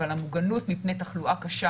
אבל המוגנות מפני תחלואה קשה